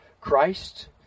Christ